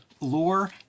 lore